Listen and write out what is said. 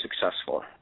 successful